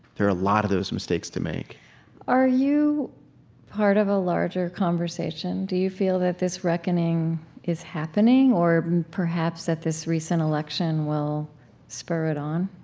there are a lot of those mistakes to make are you part of a larger conversation? do you feel that this reckoning is happening or perhaps that his recent election will spur it on?